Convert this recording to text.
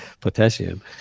potassium